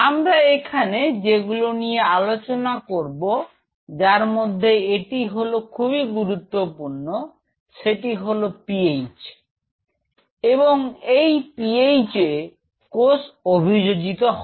আমরা এখানে যেগুলো নিয়ে আলোচনা করব যার মধ্যে একটি হলো খুবই গুরুত্বপূর্ণ সেটি হল PH এবং যেই PH এ কোষ অভিযোজিত হয়